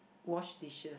wash dishes